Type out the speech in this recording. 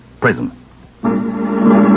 prison